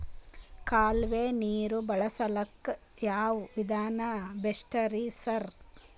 ಕಾಲುವೆ ನೀರು ಬಳಸಕ್ಕ್ ಯಾವ್ ವಿಧಾನ ಬೆಸ್ಟ್ ರಿ ಸರ್?